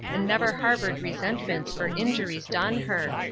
and never harbored resentments for injuries done her,